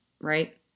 right